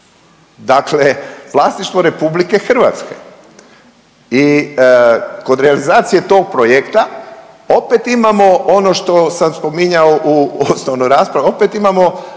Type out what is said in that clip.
dakle vlasništvo RH. I kod realizacije tog projekta opet imamo ono što sam spominjao u osnovnu raspravu opet imamo